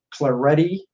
Claretti